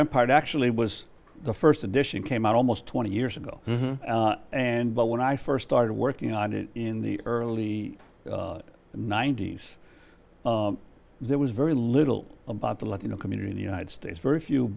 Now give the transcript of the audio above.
empire it actually was the first edition came out almost twenty years ago and but when i first started working on it in the early ninety's there was very little about the latino community in the united states very few